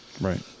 right